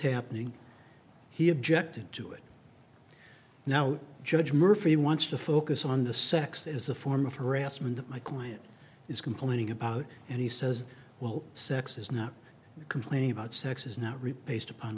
happening he objected to it now judge murphy wants to focus on the sex is a form of harassment that my client is complaining about and he says well sex is not complaining about sex is not replaced upon